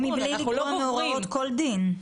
ומבלי לגרוע מהוראות כל דין.